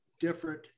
different